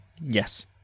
Yes